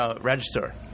register